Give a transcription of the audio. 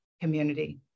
community